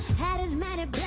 hat is matted